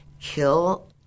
kill